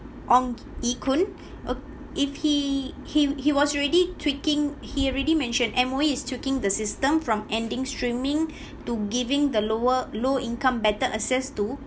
ong-ye-kung ok~ if he he he was already tweaking he already mentioned M_O_E is tweaking the system from ending streaming to giving the lower low income better access to